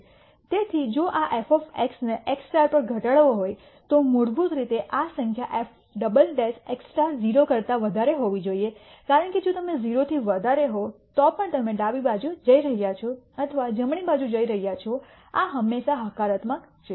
તેથી જો આ f ને x પર ઘટાડવો હોય તો મૂળભૂત રીતે આ સંખ્યા f x 0 કરતા વધારે હોવી જોઈએ કારણ કે જો તમે 0 થી વધારે હોવ તો પણ તમે ડાબી બાજુ જઇ રહ્યા છો અથવા જમણી બાજુ જઇ રહ્યા છો આ હંમેશા હકારાત્મક છે